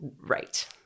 Right